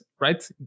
right